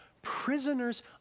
prisoners